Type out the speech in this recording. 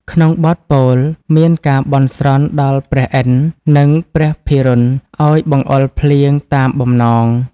ក្នុងបទពោល មានការបន់ស្រន់ដល់ព្រះឥន្ទ្រ និងព្រះភិរុណឱ្យបង្អុរភ្លៀងតាមបំណង។